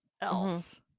else